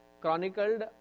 chronicled